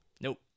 nope